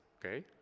Okay